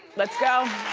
let's go.